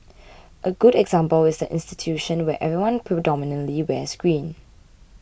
a good example is the institution where everyone predominantly wears green